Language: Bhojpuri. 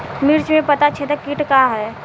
मिर्च में पता छेदक किट का है?